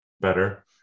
better